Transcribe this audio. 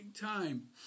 time